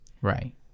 right